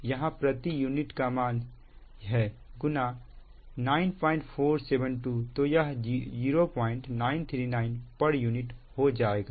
तो यहां प्रति यूनिट मान है गुना 9472 तो यह 0939 pu हो जाएगा